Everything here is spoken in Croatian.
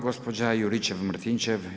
Gospođa Juričev-Martinčev.